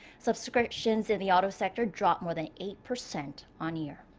subscriptions in the auto sector dropped more than eight percent on year.